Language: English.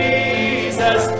Jesus